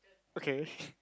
okay